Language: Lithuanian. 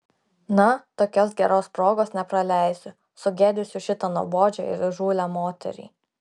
na tokios geros progos nepraleisiu sugėdysiu šitą nuobodžią ir įžūlią moterį